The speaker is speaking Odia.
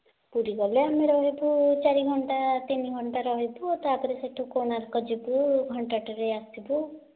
ପୁରୀ ଗଲେ ଆମେ ରହିବୁ ଚାରି ଘଣ୍ଟା ତିନି ଘଣ୍ଟା ରହିବୁ ତା'ପରେ ସେହିଠୁ କୋଣାର୍କ ଯିବୁ ଘଣ୍ଟାଟେ ରେ ଆସିବୁ